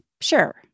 sure